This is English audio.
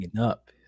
up